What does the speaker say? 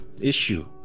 issue